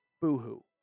Boo-hoo